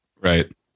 Right